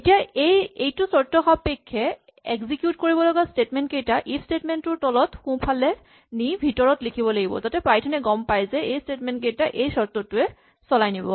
এতিয়া এইটো চৰ্তসাপেক্ষে এক্সিকিউট কৰি লগা স্টেটমেন্ট কেইটা ইফ স্টেটমেন্ট টোৰ তলত সোঁফালে নি ভিতৰত লিখিব লাগিব যাতে পাইথন এ গম পাই যে এই স্টেটমেন্ট কেইটা এই এই চৰ্তটোৱে চলাব